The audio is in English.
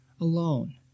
alone